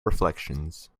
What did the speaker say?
reflections